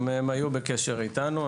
הם היו בקשר אתנו.